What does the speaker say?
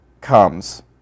comes